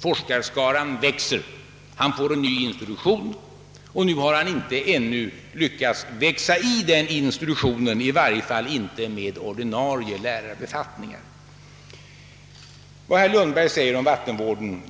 Forskarskaran växer och han får en ny institution, som han ännu inte hunnit växa i, i varje fall inte med ordinarie lärarbefattningar. Vad herr Lundberg säger om vattenvården